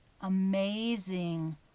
amazing